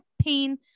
pain